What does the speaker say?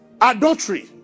Adultery